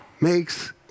makes